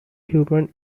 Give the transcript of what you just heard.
human